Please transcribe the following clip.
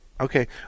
Okay